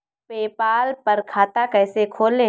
PayPal पर खाता कैसे खोलें?